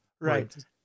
Right